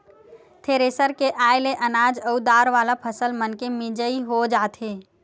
thresher के आये ले अनाज अउ दार वाला फसल मनके मिजई हो जाथे